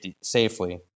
safely